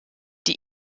die